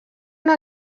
una